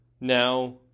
Now